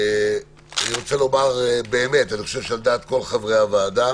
אני רוצה לומר, אני חושב שעל דעת כל חברי הוועדה